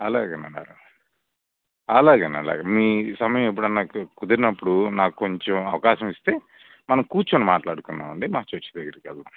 అలాగేనండి అలాగేనండి అలాగే మీ సమయం ఎప్పుడైనా కుదిరినప్పుడు నాకు కొంచెం అవకాశం ఇస్తే మనం కూర్చొని మాట్లాడుకుందాం అండి మన చర్చి దగ్గరికి వెళదాం